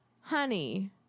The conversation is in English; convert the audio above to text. honey